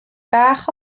bach